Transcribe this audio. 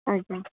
ଆଜ୍ଞା